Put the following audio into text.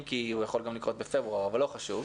אם כי הוא יכול גם לקרות בפברואר אבל לא חשוב,